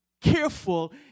careful